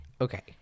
Okay